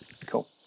cool